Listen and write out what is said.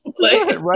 Right